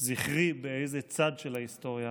זכרי באיזה צד של ההיסטוריה